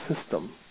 system